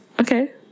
okay